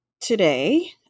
today